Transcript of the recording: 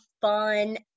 fun